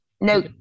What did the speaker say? No